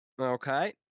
Okay